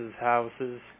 houses